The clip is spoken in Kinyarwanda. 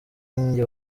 njye